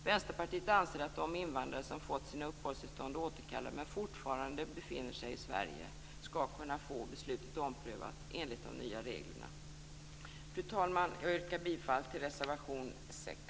Vänsterpartiet anser att de invandrare som fått sina uppehållstillstånd återkallade men fortfarande befinner sig i Sverige skall kunna få beslutet omprövat enligt de nya reglerna. Fru talman! Jag yrkar bifall till reservation 6